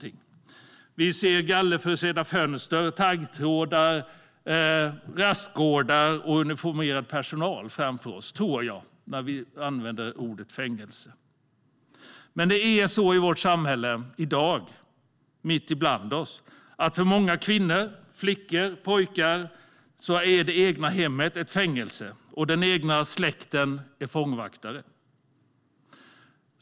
Vi ser, tror jag, gallerförsedda fönster, taggtråd, rastgårdar och uniformerad personal framför oss när vi använder ordet fängelse. Men det är så i vårt samhälle i dag, mitt ibland oss, att för många kvinnor, flickor och pojkar är det egna hemmet ett fängelse och den egna släkten fångvaktare.